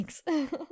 Thanks